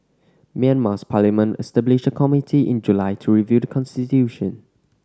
Myanmar's parliament established a committee in July to review the constitution